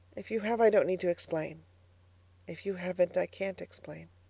if you have, i don't need to explain if you haven't, i can't explain.